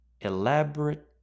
elaborate